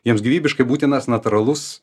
jiems gyvybiškai būtinas natūralus